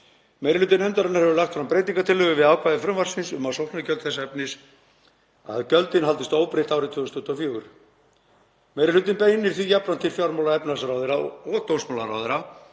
Meiri hluti nefndarinnar hefur lagt fram breytingartillögu við ákvæði frumvarpsins um sóknargjöld þess efnis að gjöldin haldist óbreytt árið 2024. Meiri hlutinn beinir því jafnframt til fjármála- og efnahagsráðherra og dómsmálaráðherra